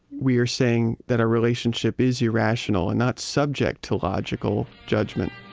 we're saying that our relationship is irrational and not subject to logical judgment